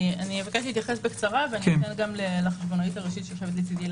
אבקש להתייחס בקצרה ואתן לחשבונאית הראשית שיושבת לצידי,